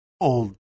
old